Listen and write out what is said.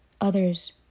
Others